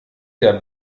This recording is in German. der